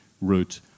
route